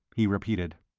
he repeated.